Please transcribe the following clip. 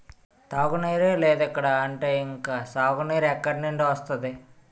తాగునీరే లేదిక్కడ అంటే ఇంక సాగునీరు ఎక్కడినుండి వస్తది?